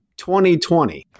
2020